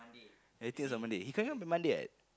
everything also Monday he coming here Monday ah